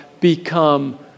become